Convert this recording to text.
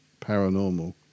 paranormal